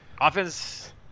offense